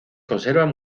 conservan